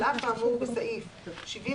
על אף האמור בסעיף 71(א)(11),